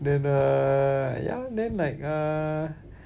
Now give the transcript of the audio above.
then uh ya then like uh